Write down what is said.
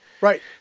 Right